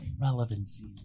relevancy